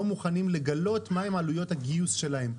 לא מוכנים לתת את העלויות ומה הן עלויות הגיוס שלהם.